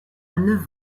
neuf